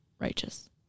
Righteous